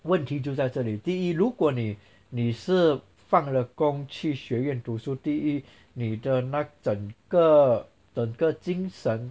问题就在这里第一如果你你是放了工去学院读书第一你的那整个整个精神